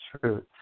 truth